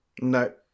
No